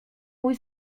mój